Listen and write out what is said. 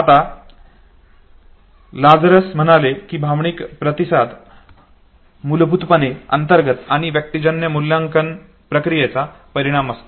आता लाझरस म्हणाले की भावनिक प्रतिसाद मूलभूतपणे अंतर्गत आणि परिस्थितीजन्य मूल्यांकन प्रक्रियेचा परिणाम असतो